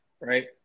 right